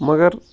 مگر